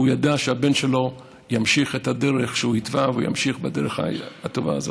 הוא ידע שהבן שלו ימשיך את הדרך שהוא התווה וימשיך בדרך הטובה הזאת.